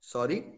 Sorry